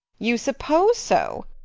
you suppose so!